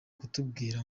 kutubwira